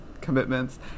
commitments